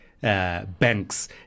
Banks